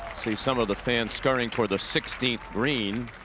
see, some of the fans scurrying toward the sixteenth green,